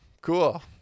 cool